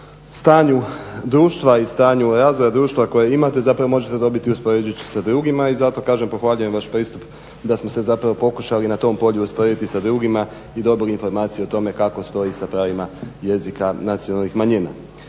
stanju društva i stanju razvoja društva koje imate zapravo možete dobiti uspoređujući sa drugima i zato kažem pohvaljujem vaš pristup da smo se zapravo pokušali na tom polju usporediti sa drugima i dobili informaciju o tome kako stoji sa pravima jezika nacionalnih manjina.